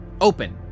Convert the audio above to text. open